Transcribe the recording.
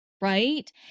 right